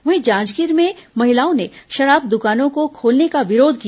वहीं जांजगीर में महिलाओं ने शराब दुकानों को खोलने का विरोध किया